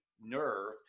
nerve